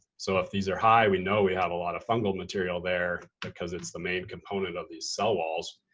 so if these are high, we know we have a lot of fungal material there, because it's the main component of these cell walls.